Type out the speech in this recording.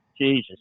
Jesus